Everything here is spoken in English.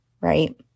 right